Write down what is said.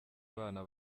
abana